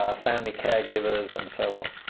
family caregivers, and so on.